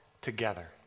together